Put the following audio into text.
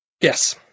Yes